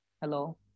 hello